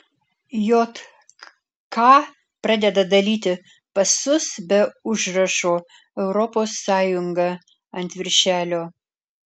jk pradeda dalyti pasus be užrašo europos sąjunga ant viršelio